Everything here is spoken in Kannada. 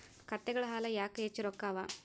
ಕತ್ತೆಗಳ ಹಾಲ ಯಾಕ ಹೆಚ್ಚ ರೊಕ್ಕ ಅವಾ?